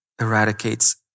eradicates